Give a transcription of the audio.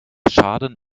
schaden